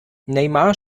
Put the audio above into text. neymar